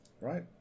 right